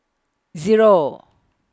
Zero